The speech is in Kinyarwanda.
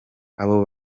abo